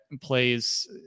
plays